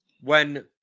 when-